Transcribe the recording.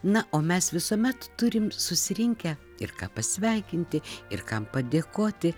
na o mes visuomet turim susirinkę ir ką pasveikinti ir kam padėkoti